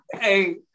hey